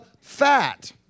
fat